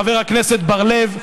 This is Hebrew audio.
חבר הכנסת בר-לב,